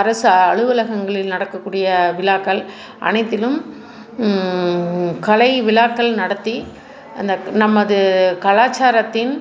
அரசு அலுவலகங்களில் நடக்கக்கூடிய விழாக்கள் அனைத்திலும் கலை விழாக்கள் நடத்தி அந்த நமது கலாச்சாரத்தின்